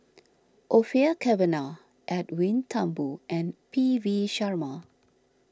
Orfeur Cavenagh Edwin Thumboo and P V Sharma